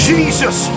Jesus